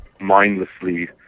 mindlessly